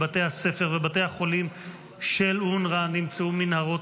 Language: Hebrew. בתי הספר ובתי החולים של אונר"א נמצאו מנהרות